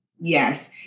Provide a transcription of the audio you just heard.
Yes